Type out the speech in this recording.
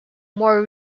more